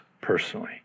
personally